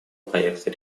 проекта